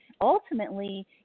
ultimately